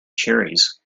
cherries